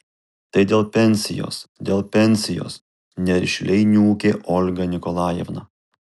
tai dėl pensijos dėl pensijos nerišliai niūkė olga nikolajevna